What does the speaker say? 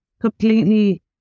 completely